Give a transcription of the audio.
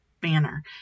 banner